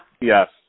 Yes